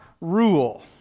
rule